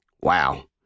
Wow